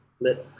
let